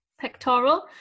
pectoral